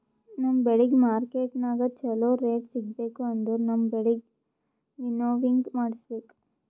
ನಮ್ ಬೆಳಿಗ್ ಮಾರ್ಕೆಟನಾಗ್ ಚೋಲೊ ರೇಟ್ ಸಿಗ್ಬೇಕು ಅಂದುರ್ ನಮ್ ಬೆಳಿಗ್ ವಿಂನೋವಿಂಗ್ ಮಾಡಿಸ್ಬೇಕ್